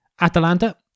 Atalanta